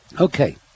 Okay